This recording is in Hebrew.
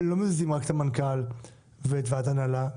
לא מזיזים רק את המנכ"ל ואת ועד ההנהלה,